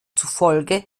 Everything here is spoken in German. zufolge